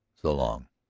so long,